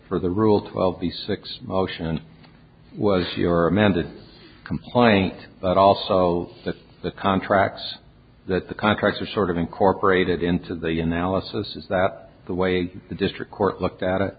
for the rule twelve the six option was your amended complaint but also the contracts that the contracts are sort of incorporated into the analysis is that the way the district court looked at it